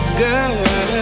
girl